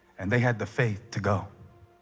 and they had the faith to go